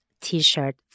t-shirt